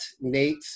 Nate